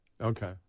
Okay